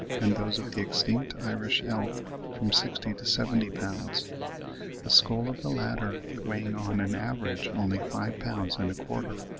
and those of the extinct irish elk from sixty to seventy pounds the skull of the latter weighing on an average only five pounds and a quarter.